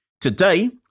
Today